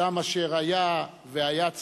אדם אשר היה צריך